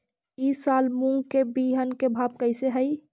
ई साल मूंग के बिहन के भाव कैसे हई?